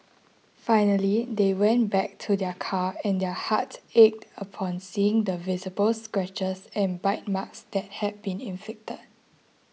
finally they went back to their car and their hearts ached upon seeing the visible scratches and bite marks that had been inflicted